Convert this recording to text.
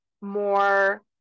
more